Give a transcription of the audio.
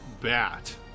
bat